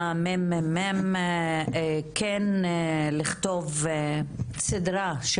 מהממ"מ כן לכתוב סדרה,